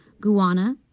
Guana